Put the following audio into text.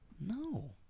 No